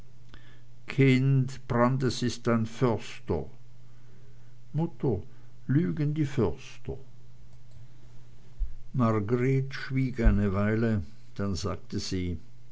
ist ein förster mutter lügen die förster margreth schwieg eine weile dann sagte sie